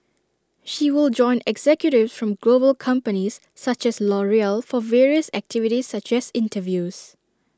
she will join executives from global companies such as L'Oreal for various activities such as interviews